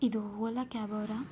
ಇದು ಓಲಾ ಕ್ಯಾಬ್ ಅವರಾ